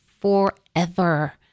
forever